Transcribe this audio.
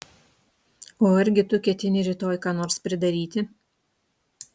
o argi tu ketini rytoj ką nors pridaryti